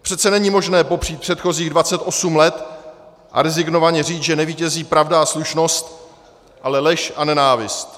Přece není možné popřít předchozích 28 let a rezignovaně říct, že nevítězí pravda a slušnost, ale lež a nenávist.